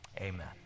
amen